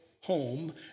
home